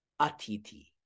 atiti